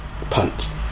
punt